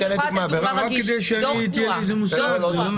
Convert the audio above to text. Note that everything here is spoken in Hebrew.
רק כדי שיהיה לי איזה מושג.